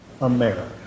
America